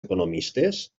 economistes